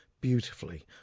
beautifully